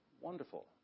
Wonderful